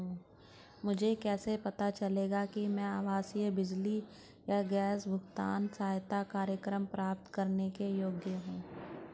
मुझे कैसे पता चलेगा कि मैं आवासीय बिजली या गैस भुगतान सहायता कार्यक्रम प्राप्त करने के योग्य हूँ?